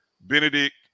Benedict